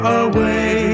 away